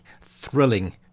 thrilling